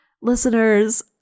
Listeners